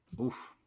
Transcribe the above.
Oof